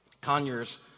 Conyers